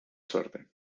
suerte